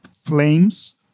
flames